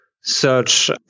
search